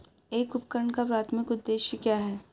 एक उपकरण का प्राथमिक उद्देश्य क्या है?